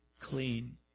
clean